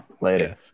Later